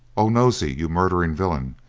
oh, nosey, you murdering villain,